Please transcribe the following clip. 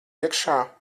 iekšā